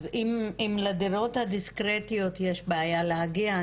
אם לדירות הדיסקרטיות יש בעיה להגיע,